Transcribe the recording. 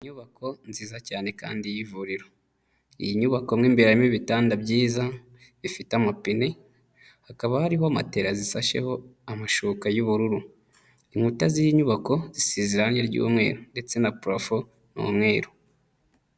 Inyubako nziza cyane kandi y'ivuriro. Iyi nyubako mo imbere harimo ibitanda byiza, bifite amapine, hakaba hariho matela zishasheho amashuka y'ubururu. Inkuta z'iyi nyubako zisize irange ry'umweru ndetse na parafo ni umweru.